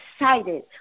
excited